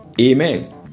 Amen